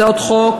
הצעת חוק